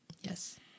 Yes